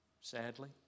sadly